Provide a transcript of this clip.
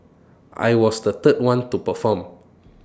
I was the third one to perform